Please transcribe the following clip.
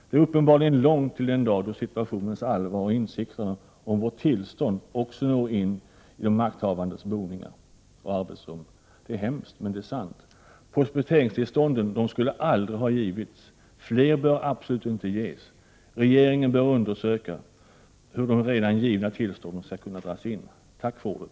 Det är uppenbarligen långt till den dag då situationens allvar och insikterna om vårt tillstånd också når in i de makthavandes boningar och arbetsrum. Det är hemskt, men det är sant. Prospekteringstillstånden skulle aldrig ha givits. Fler bör absolut inte ges. Regeringen bör undersöka hur de redan givna tillstånden skall kunna dras in. Tack för ordet!